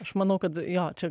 aš manau kad jo čia